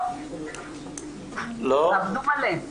לא, עבדו מלא.